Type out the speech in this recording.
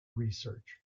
research